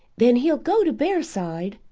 then he'll go to bearside.